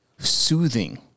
soothing